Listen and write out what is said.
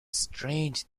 strange